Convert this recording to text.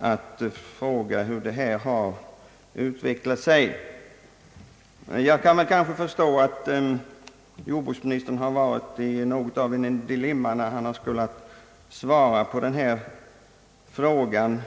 att fråga hur utvecklingen har varit. Jag kan väl förstå att jordbruksministern har befunnit sig i något av ett dilemma, när han skulle svara på min fråga.